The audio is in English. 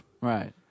Right